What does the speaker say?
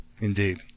Indeed